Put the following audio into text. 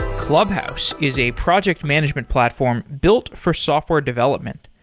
clubhouse is a project management platform built for software development.